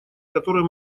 которые